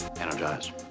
Energize